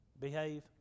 Behave